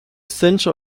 centre